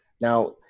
Now